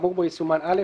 האמור בו יסומן "(א)",